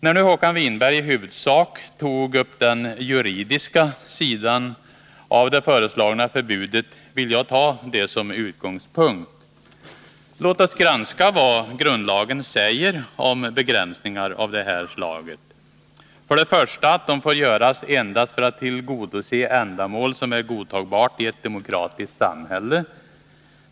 När nu Håkan Winberg i huvudsak tog upp den juridiska sidan av det föreslagna förbudet, vill jag ta det som utgångspunkt. Låt oss granska vad grundlagen säger om begränsningar av det här slaget. 1. De får göras ”endast för att tillgodose ändamål som är godtagbart i ett demokratiskt samhälle”.